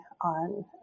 on